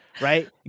right